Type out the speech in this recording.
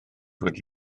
wedi